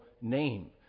name